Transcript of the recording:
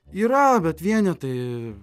yra bet vienetai